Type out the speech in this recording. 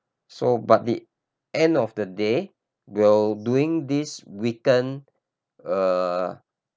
so but the end of the day we'll doing this weekend uh